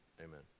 Amen